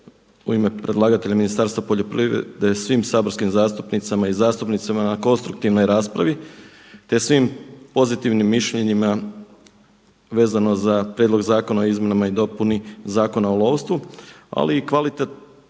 u ime predlagatelja Ministarstva poljoprivrede svim saborskih zastupnicama i zastupnicima na konstruktivnoj raspravi, te svim pozitivnim mišljenjima vezano za Prijedlog zakona o izmjenama i dopuni Zakona o lovstvu ali i kvalitetnim